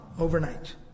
Overnight